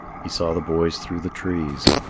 he saw the boys through the trees.